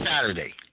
Saturday